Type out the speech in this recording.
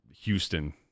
Houston